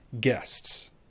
guests